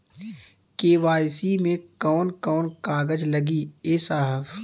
KYC मे कवन कवन कागज लगी ए साहब?